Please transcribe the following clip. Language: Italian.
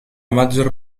maggior